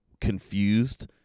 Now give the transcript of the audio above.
confused